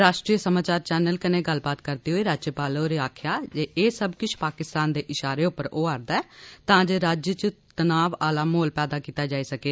राष्ट्रीय समाचार चैनल कन्नै गल्लबात करदे होई राज्यपाल होरें आक्खेआ जे एह सब किश पाकिस्तान दे इशारे उप्पर होआ'रदा ऐ तां जे राज्य च तनाव आला माहौल पेदा कीता जाई सकै